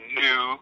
new